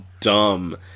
dumb